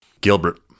Gilbert